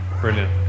Brilliant